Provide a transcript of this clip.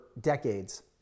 decades